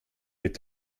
mit